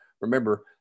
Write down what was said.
Remember